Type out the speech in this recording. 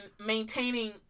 maintaining